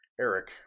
Eric